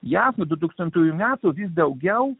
jav du tūkstantųjų metų vis daugiau